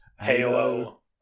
Halo